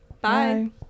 Bye